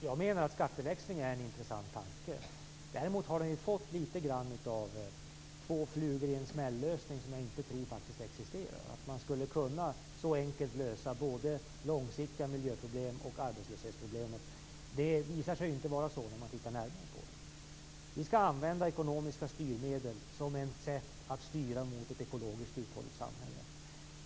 Fru talman! Skatteväxling är en intressant tanke. Däremot har det litet kommit att betraktas som en lösning som innebär att man slår två flugor i en smäll, något som jag inte tror existerar. Jag tror inte att man så enkelt kan lösa både långsiktiga miljöproblem och arbetslöshetsproblem. När man tittar närmare på det visar det sig att så inte är fallet. Vi skall använda ekonomiska styrmedel som ett sätt att styra mot ett ekologiskt uthålligt samhälle.